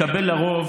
לדבר.